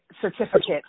certificate